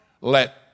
let